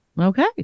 Okay